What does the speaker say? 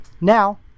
Now